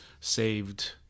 saved